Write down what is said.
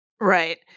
Right